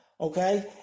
Okay